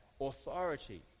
authority